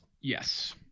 yes